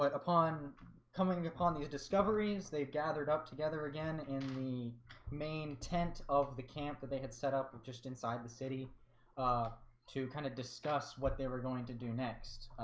upon coming upon the discoveries they've gathered up together again in the main tent of the camp that they had set up with just inside the city to kind of discuss what they were going to do next.